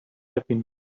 happiness